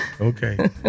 Okay